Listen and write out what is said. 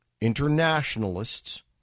internationalists